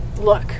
Look